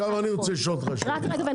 אני רוצה לשאול שאלה --- כבודו,